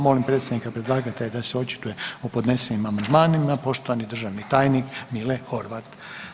Molim predstavnika predlagatelja da se očituje o podnesenim amandmanima, poštovani državni tajnik Mile Horvat.